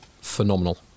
phenomenal